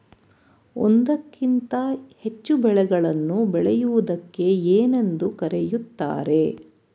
ಒಂದಕ್ಕಿಂತ ಹೆಚ್ಚು ಬೆಳೆಗಳನ್ನು ಬೆಳೆಯುವುದಕ್ಕೆ ಏನೆಂದು ಕರೆಯುತ್ತಾರೆ?